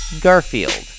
Garfield